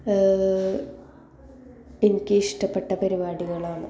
എനിക്കിഷ്ടപ്പെട്ട പരിപാടികളാണ്